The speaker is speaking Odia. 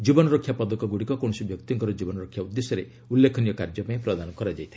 ଜୀବନରକ୍ଷା ପଦକଗୁଡ଼ିକ କୌଣସି ବ୍ୟକ୍ତିଙ୍କର ଜୀବନରକ୍ଷା ଉଦ୍ଦେଶ୍ୟରେ ଉଲ୍ଲେଖନୀୟ କାର୍ଯ୍ୟପାଇଁ ପ୍ରଦାନ କରାଯାଇଥାଏ